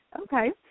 Okay